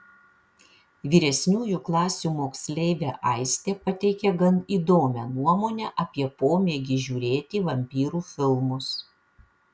vyresniųjų klasių moksleivė aistė pateikė gan įdomią nuomonę apie pomėgį žiūrėti vampyrų filmus